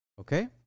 Okay